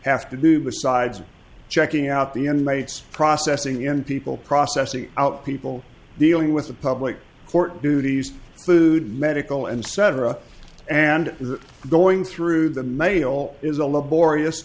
have to do besides checking out the end mates processing in people processing out people dealing with the public court duties food medical and cetera and going through the mail is a laborious